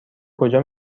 کجا